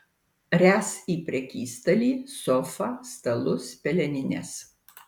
ręs į prekystalį sofą stalus pelenines